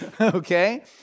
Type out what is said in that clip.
okay